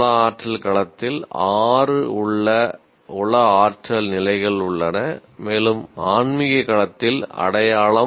உள ஆற்றல் களத்தில் ஆறு உள ஆற்றல் நிலைகள் உள்ளன மேலும் ஆன்மீக களத்தில் அடையாளம்